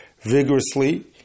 vigorously